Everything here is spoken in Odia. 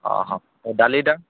ଅଃ ଏ ଡାଲିଟା